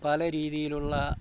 പല രീതിയിലുള്ള